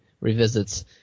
revisits